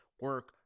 Work